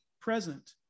present